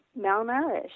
malnourished